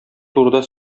турыда